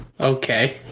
Okay